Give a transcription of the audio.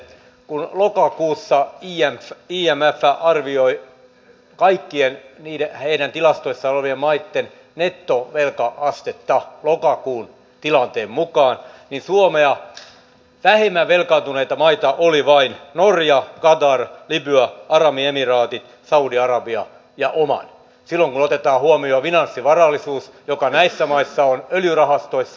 kun lokakuussa imf arvioi kaikkien heidän tilastoissaan olevien maitten nettovelka astetta lokakuun tilanteen mukaan niin suomea vähemmän velkaantuneita maita olivat vain norja qatar libya arabiemiraatit saudi arabia ja oman silloin kun otetaan huomioon finanssivarallisuus joka näissä maissa on öljyrahastoissa